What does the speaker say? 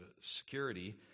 security